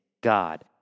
God